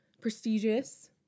prestigious